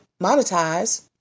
monetize